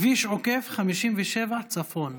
כביש עוקף 57 צפון.